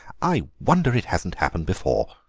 i wonder it hasn't happened before.